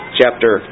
chapter